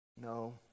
No